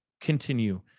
continue